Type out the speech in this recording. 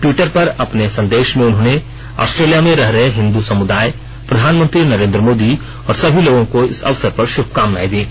Twitter पर अपने संदेश में उन्होंने ऑस्ट्रेलिया में रह रहे हिंदू समुदाय प्रधानमंत्री नरेन्द्र मोदी और सभी लोगों को इस अवसर पर श्भकामनाएं दीं